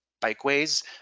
bikeways